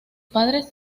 padres